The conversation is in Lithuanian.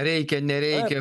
reikia nereikia